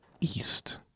east